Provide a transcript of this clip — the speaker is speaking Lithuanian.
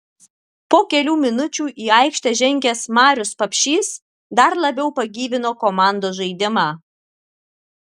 po kelių minučių į aikštę žengęs marius papšys dar labiau pagyvino komandos žaidimą